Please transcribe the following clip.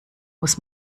muss